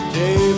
day